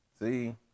See